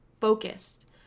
focused